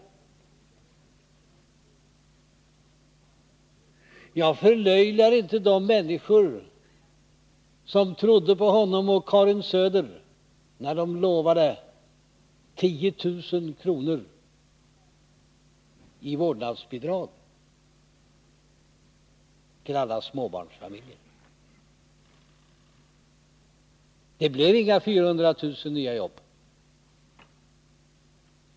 Jag förlöjligar inte de människor som trodde på honom och Karin Söder när de lovade 10 000 kr. i vårdnadsbidrag till alla småbarnsfamiljer. Det blev inga 400 000 nya jobb.